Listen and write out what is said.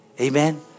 Amen